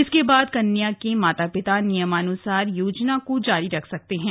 इसके बाद कन्या के माता पिता नियमानसार योजना को जारी रख सकेंगे